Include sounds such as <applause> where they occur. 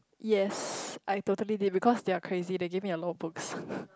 yes I totally did because they are crazy they give me a lot of books <breath>